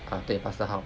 ah 对 pastor hao